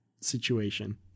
situation